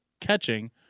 catching